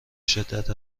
شدت